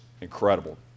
incredible